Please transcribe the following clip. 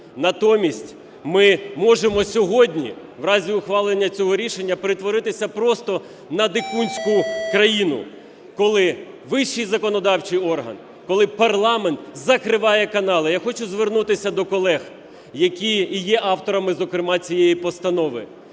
Натомість ми можемо сьогодні в разі ухвалення цього рішення перетворитися просто на дикунську країну, коли вищий законодавчий орган, коли парламент закриває канали. Я хочу звернутися до колег, які і є авторами, зокрема, цієї постанови: